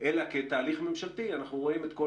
עם עבודות עדכניות ואם הם ירימו את זה